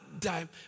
time